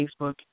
Facebook